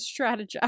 strategize